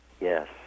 Yes